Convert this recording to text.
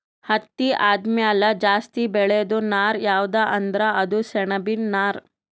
ಹತ್ತಿ ಆದಮ್ಯಾಲ ಜಾಸ್ತಿ ಬೆಳೇದು ನಾರ್ ಯಾವ್ದ್ ಅಂದ್ರ ಅದು ಸೆಣಬಿನ್ ನಾರ್